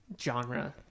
genre